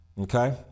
Okay